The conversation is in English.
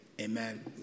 amen